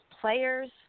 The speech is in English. players